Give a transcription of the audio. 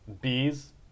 bees